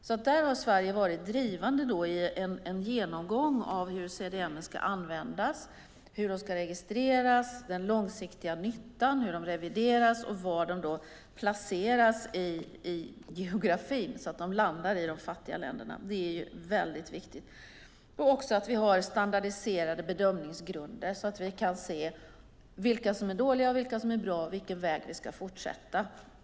Sverige har varit drivande i en genomgång av den långsiktiga nyttan med CDM, hur de används och registreras, hur de revideras och var de placeras i geografin så att de landar i de fattiga länderna. Det är mycket viktigt. Det är också viktigt att vi har standardiserade bedömningsgrunder, så att vi kan se vilka som är dåliga, vilka som är bra och vilken väg vi ska fortsätta.